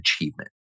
achievement